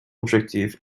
objectif